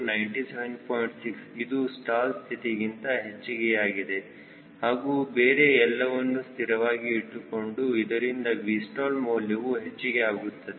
6 ಇದು ಸ್ಟಾಲ್ ಸ್ಥಿತಿಗಿಂತ ಹೆಚ್ಚಿಗೆ ಯಾಗಿದೆ ಹಾಗೂ ಬೇರೆ ಎಲ್ಲವನ್ನು ಸ್ಥಿರವಾಗಿ ಇಟ್ಟುಕೊಂಡು ಇದರಿಂದ Vstall ಮೌಲ್ಯವೂ ಹೆಚ್ಚಿಗೆ ಆಗುತ್ತದೆ